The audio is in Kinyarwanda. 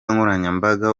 nkoranyambaga